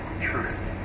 Truth